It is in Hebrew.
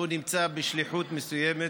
הוא נמצא בשליחות מסוימת